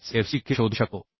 45f ckशोधू शकतो